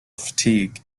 fatigue